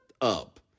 up